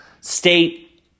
state